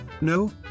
No